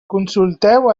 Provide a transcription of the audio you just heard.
consulteu